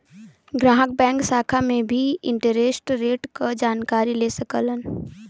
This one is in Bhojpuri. ग्राहक बैंक शाखा से भी इंटरेस्ट रेट क जानकारी ले सकलन